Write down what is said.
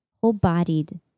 whole-bodied